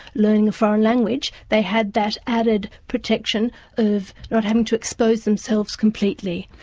learning a foreign language, they had that added protection of not having to expose themselves completely.